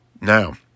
Now